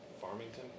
Farmington